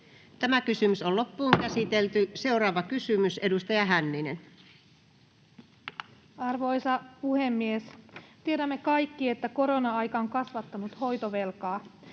selättäminen on pysyvää. Seuraava kysymys, edustaja Hänninen. Arvoisa puhemies! Tiedämme kaikki, että korona-aika on kasvattanut hoitovelkaa.